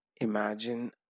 imagine